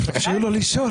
לשאול.